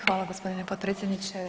Hvala g. potpredsjedniče.